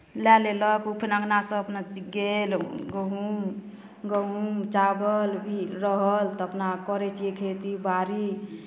लए लेलक ओ फेर अङनासँ अपना गेल गहुम गहुम चावल भी रहल तऽ अपना करै छियै खेती बाड़ी